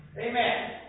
Amen